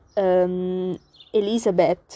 Elizabeth